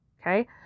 Okay